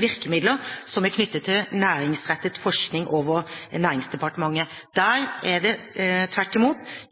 virkemidler som er knyttet til næringsrettet forskning, over Nærings- og fiskeridepartementet. Der er det tvert imot